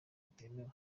butemewe